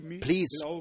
Please